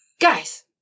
guys